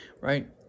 right